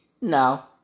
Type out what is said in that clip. No